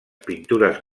pintures